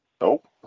Nope